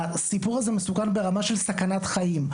הסיפור הזה מסוכן ברמה של סכנת חיים,